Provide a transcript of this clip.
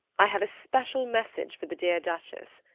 i have a special message for the dear duchess.